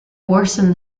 worsen